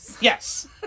Yes